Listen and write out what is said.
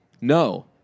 No